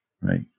right